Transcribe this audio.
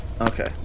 Okay